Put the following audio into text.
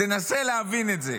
תנסה להבין את זה,